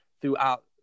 throughout